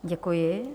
Děkuji.